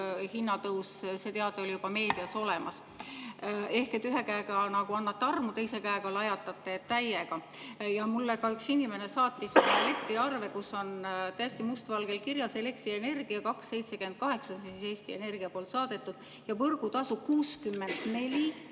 see teade oli juba meedias olemas. Ehk te ühe käega nagu annate armu, teise käega lajatate täiega. Mulle üks inimene saatis oma elektriarve, kus on must valgel kirjas: elektrienergia 2.78, see on siis Eesti Energia saadetud [arve], ja võrgutasu 64.57